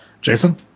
Jason